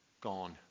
Gone